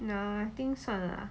nah I think 算了啦